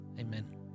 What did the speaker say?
Amen